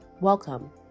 Welcome